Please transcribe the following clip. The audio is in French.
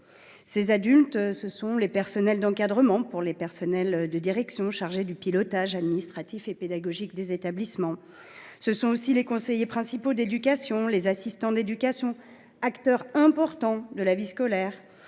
Ces adultes, ce sont les personnels d’encadrement, les personnels de direction chargés du pilotage administratif et pédagogique des établissements ; ce sont, encore, les conseillers principaux d’éducation (CPE), les assistants d’éducation (AED), qui sont des acteurs importants de la vie scolaire